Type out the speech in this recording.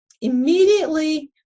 immediately